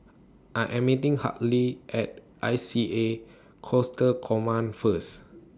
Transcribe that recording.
I Am meeting Hartley At I C A Coastal Command First